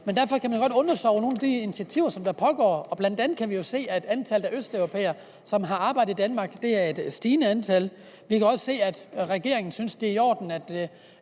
Men derfor kan man godt undre sig over nogle af de initiativer, som pågår, og bl.a. kan vi jo se, at antallet af østeuropæere, som har arbejde i Danmark, er stigende. Vi kan også se, at regeringen synes, det er i orden, at